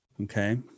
Okay